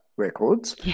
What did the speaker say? records